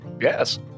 Yes